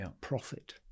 profit